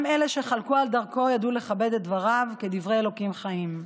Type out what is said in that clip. גם אלה שחלקו על דרכו ידעו לכבד את דבריו כדברי אלוקים חיים.